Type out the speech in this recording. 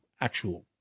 actual